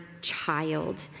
child